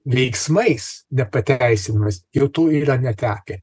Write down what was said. veiksmais nepateisinamais jau tų yra netekę